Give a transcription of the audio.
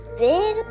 big